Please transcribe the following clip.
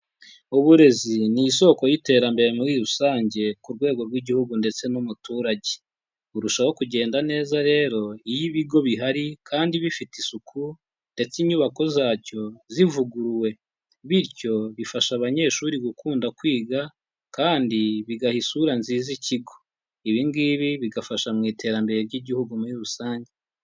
Uburezi ni isoko y'iterambere muri rusange, ku rwego rw'igihugu ndetse n'umuturage, burushaho kugenda neza rero, iyo ibigo bihari, kandi bifite isuku, ndetse inyubako zacyo zivuguruwe, bityo bifasha abanyeshuri gukunda kwiga, kandi bigaha isura nziza ikigo, ibi ngibi bigafasha mu iterambere ry'igihugu muri rusange.